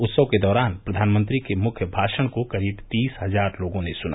उत्सव के दौरान प्रधानमंत्री के मुख्य भाषण को करीब तीस हजार लोगो ने सुना